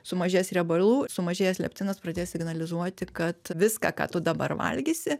sumažės riebalų sumažėjęs leptinas pradės signalizuoti kad viską ką tu dabar valgysi